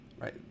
Right